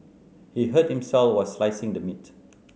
he hurt himself while slicing the meat